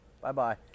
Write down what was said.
Bye-bye